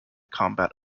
combat